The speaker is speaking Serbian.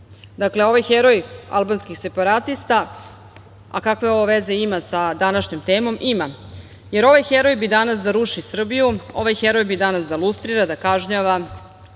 Kosovo. Dakle, ovaj heroj albanskih separatista, a kakve ovo veze ima sa današnjom temom? Ima. Jer, ovaj heroj bi danas da ruši Srbiju, ovaj heroj bi danas da lustrira, da kažnjava,